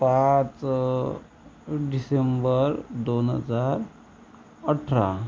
पाच डिसेंबर दोन हजार अठरा